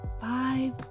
five